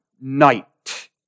night